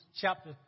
chapter